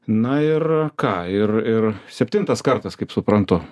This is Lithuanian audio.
na ir ką ir ir septintas kartas kaip suprantu